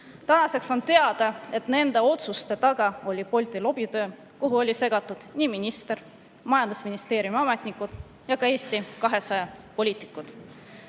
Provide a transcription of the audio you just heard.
Tänaseks on teada, et nende otsuste taga oli Bolti lobitöö, kuhu olid segatud nii minister, majandusministeeriumi ametnikud kui ka Eesti 200 poliitikud.